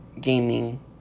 gaming